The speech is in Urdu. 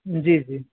جی جی